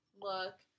look